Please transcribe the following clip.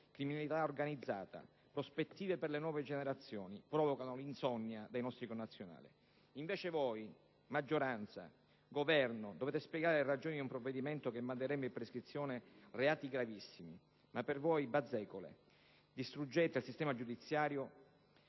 criminalità organizzata e prospettive per le nuove generazioni provocano l'insonnia dei nostri connazionali. Invece voi, maggioranza e Governo, dovete spiegare le ragioni di un provvedimento che manderebbe in prescrizione reati gravissimi. Ma per voi sono bazzecole. Distruggete il sistema giudiziario